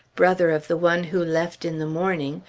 brother of the one who left in the morning,